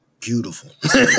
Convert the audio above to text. beautiful